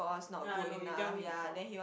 yea I know you tell me before